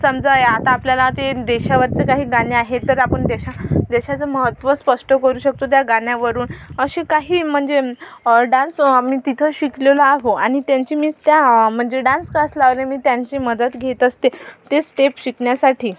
समजाय आता आपल्याला ते देशावरचं काही गाणे आहेत तर आपण देशा देशाचं महत्त्व स्पष्ट करू शकतो त्या गाण्यावरून असे काही म्हणजे डान्स मी तिथं शिकलेली आहो आणि त्यांची मी त्या म्हणजे डान्स क्लास लावले मी त्यांची मदत घेत असते ते स्टेप शिकण्यासाठी